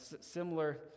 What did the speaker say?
Similar